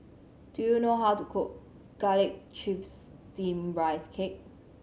do you know how to cook Garlic Chives Steamed Rice Cake